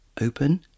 open